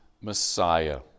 Messiah